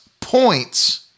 points